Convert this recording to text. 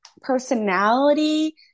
personality